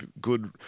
good